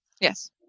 Yes